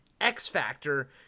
x-factor